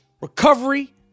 recovery